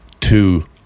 two